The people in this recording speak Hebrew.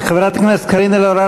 חברת הכנסת קארין אלהרר,